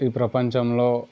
ఈ ప్రపంచంలో